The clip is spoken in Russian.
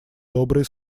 добрые